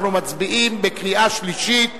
אנחנו מצביעים בקריאה שלישית.